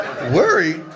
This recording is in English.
worry